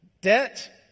Debt